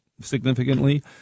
significantly